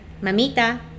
mamita